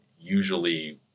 usually